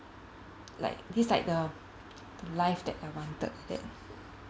like this like the the life that I wanted like that